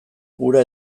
hura